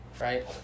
right